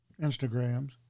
Instagrams